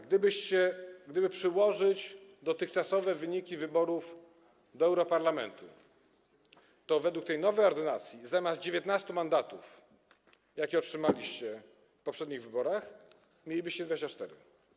Gdyby przełożyć dotychczasowe wyniki wyborów do europarlamentu, to według tej nowej ordynacji zamiast 19 mandatów, jakie otrzymaliście w poprzednich wyborach, mielibyście 24.